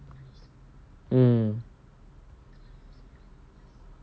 mm